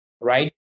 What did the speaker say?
right